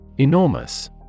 Enormous